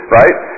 right